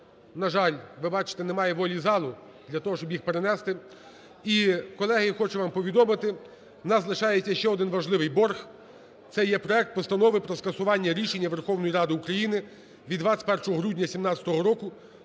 на жаль, ви бачите, немає волі залу для того, щоби їх перенести. І, колеги, я хочу вам повідомити, у нас лишається ще один важливий борг – це є проект Постанови про скасування рішення Верховної Ради України від 21 грудня 17-го року